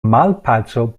malpaco